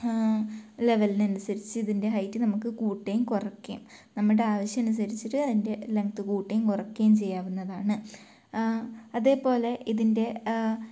ലെവലിന് അനുസരിച്ച് ഇതിൻ്റെ ഹൈറ്റ് നമുക്ക് കൂട്ടുകയും കുറയ്ക്കുകയും നമ്മുടെ ആവശ്യം അനുസരിച്ചിട്ട് അതിൻ്റെ ലെങ്ത് കൂട്ടുകയും കുറയ്ക്കുകയും ചെയ്യാവുന്നതാണ് അതേപോലെ ഇതിൻ്റെ